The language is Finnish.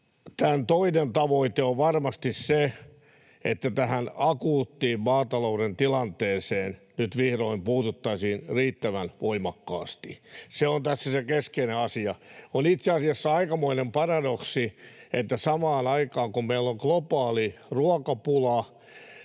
toinen tavoite on varmasti se, että tähän akuuttiin maatalouden tilanteeseen nyt vihdoin puututtaisiin riittävän voimakkaasti. Se on tässä se keskeinen asia. On itse asiassa aikamoinen paradoksi, että samaan aikaan kun meillä on globaali ruokapula,